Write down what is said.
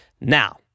Now